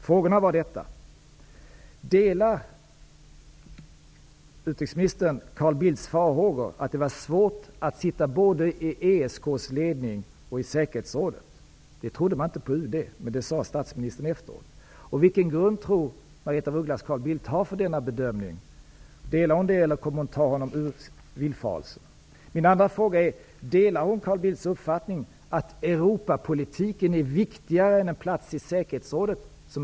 Frågorna var om utrikesministern delade Carl Bildts farhågor att det var svårt att sitta i både ESK:s ledning och i säkerhetsrådet. Det trodde man inte på UD, men det sade statsministern efteråt. Vilken grund tror Margaretha af Ugglas att Carl Bildt har för denna bedömning? Delar hon den uppfattningen, eller kommer hon att ta honom ur villfarelsen? Nästa fråga är om utrikesministern delar Carl Bildts uppfattning att Europapolitiken är viktigare än en plats i säkerhetsrådet.